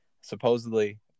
supposedly